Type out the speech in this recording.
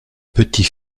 petit